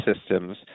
systems